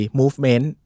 movement